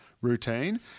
routine